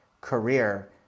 career